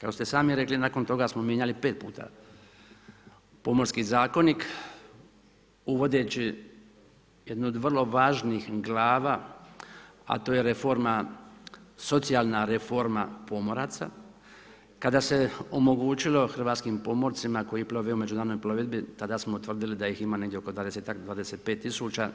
Kako ste sami rekli, nakon toga smo mijenjali 5 puta Pomorski zakonik uvodeći jednu od vrlo važnih glava a to je reforma, socijalna reforma pomoraca kada se omogućilo hrvatskim pomorcima koji plove u međunarodnoj plovidbi, tada smo tvrdili da ih ima negdje oko 20-ak, 25 tisuća,